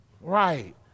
Right